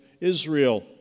Israel